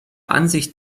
ansicht